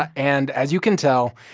ah and as you can tell,